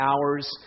hours